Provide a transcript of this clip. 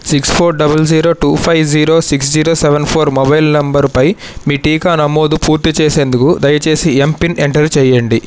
six four double zero two five zero six zero seven four mobile నంబరుపై మీ టీకా నమోదు పూర్తి చేసేందుకు దయచేసి ఎమ్పిన్ ఎంటర్ చెయ్యండి